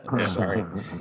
Sorry